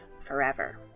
forever